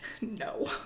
no